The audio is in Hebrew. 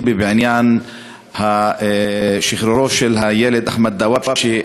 בעניין שחרורו של הילד אחמד דוואבשה,